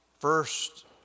first